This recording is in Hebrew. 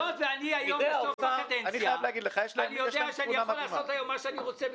שאני יכול לעשות היום מה שאני רוצה,